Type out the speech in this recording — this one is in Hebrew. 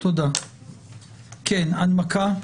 הנמקה.